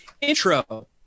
Intro